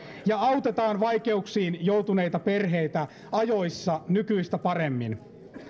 ja autetaan vaikeuksiin joutuneita perheitä ajoissa nykyistä paremmin